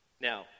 Now